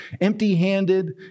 empty-handed